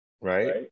Right